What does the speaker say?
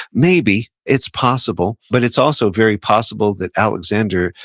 maybe, it's possible, but it's also very possible that alexander,